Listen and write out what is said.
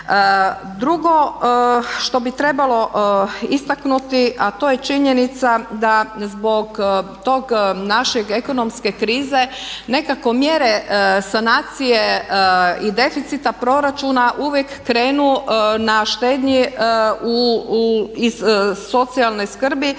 Drugo što bi trebalo istaknuti a to je činjenica da zbog te naše ekonomske krize nekako mjere sanacije i deficita proračuna uvijek krenu na štednji iz socijalne skrbi